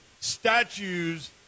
statues